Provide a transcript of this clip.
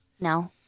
No